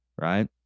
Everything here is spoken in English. right